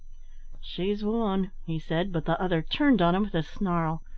she's won, he said, but the other turned on him with a snarl.